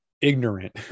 ignorant